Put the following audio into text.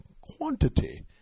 quantity